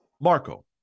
Marco